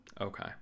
Okay